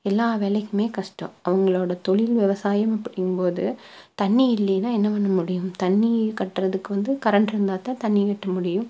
எல்லா வேலைக்குமே கஷ்டம் அவங்களோடய தொழில் விவசாயம் அப்படிங்கும் போது தண்ணி இல்லைன்னா என்ன பண்ண முடியும் தண்ணி கட்டுறதுக்கு வந்து கரண்ட்டு இருந்தால் தான் தண்ணி கட்ட முடியும்